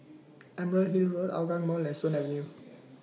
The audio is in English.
Emerald Hill Road Hougang Mall and Stone Avenue